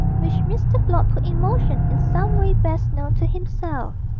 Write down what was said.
which mr. blott put in motion in some way best known to himself.